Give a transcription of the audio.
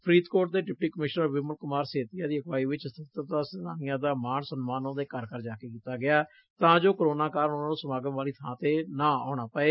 ਫਰੀਦਕੋਟ ਦੇ deputy commissioner Vimal Kumar Setia ਦੀ ਅਗਵਾਈ ਚ ਸਵਤੰਤਰਤਾ ਸੈਨਾਨੀਆਂ ਦਾ ਮਾਣ ਸਨਮਾਨ ਉਨਾਂ ਦੇ ਘਰ ਘਰ ਜਾ ਕੇ ਕੀਤਾ ਗਿਆ ਤਾਂ ਜੋ ਕਰੋਨਾ ਕਾਰਨ ਉਨਾਂ ਨੰ ਸਮਾਗਮ ਵਾਲੀ ਬਾਂ ਤੇ ਨਾ ਆਉਣਾ ਪਵੇ